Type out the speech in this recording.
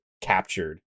captured